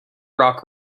rock